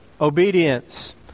obedience